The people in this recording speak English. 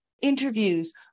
interviews